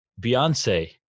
Beyonce